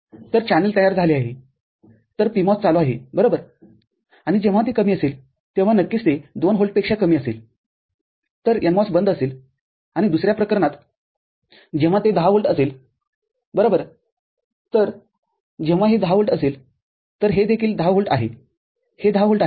तर चॅनेल तयार झाले आहेतर PMOS चालू आहे बरोबर आणि जेव्हा ते कमी असेल तेव्हा नक्कीच ते २ व्होल्टपेक्षा कमी असेलतर NMOS बंद असेल आणि दुसऱ्या प्रकारनात जेव्हा ते १० व्होल्ट असेल बरोबरतर जेव्हा हे १० व्होल्ट असेलतर हे देखील १० व्होल्ट आहे हे १० व्होल्ट आहे